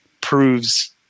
proves